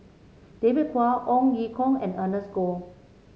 David Kwo Ong Ye Kung and Ernest Goh